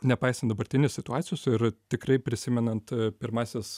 nepaisant dabartinės situacijos ir tikrai prisimenant pirmąsias